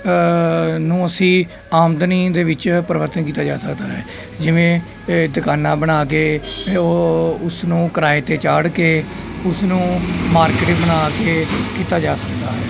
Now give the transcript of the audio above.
ਨੂੰ ਅਸੀਂ ਆਮਦਨੀ ਦੇ ਵਿੱਚ ਪਰਿਵਰਤਨ ਕੀਤਾ ਜਾ ਸਕਦਾ ਹੈ ਜਿਵੇਂ ਦੁਕਾਨਾਂ ਬਣਾ ਕੇ ਉਹ ਉਸਨੂੰ ਕਿਰਾਏ 'ਤੇ ਚਾੜ੍ਹ ਕੇ ਉਸ ਨੂੰ ਮਾਰਕੀਟ ਬਣਾ ਕੇ ਕੀਤਾ ਜਾ ਸਕਦਾ ਹੈ